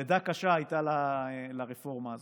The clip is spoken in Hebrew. לידה קשה הייתה לרפורמה הזאת.